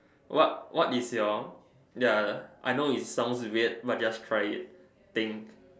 what what is your ya I know it sounds weird but just try it thing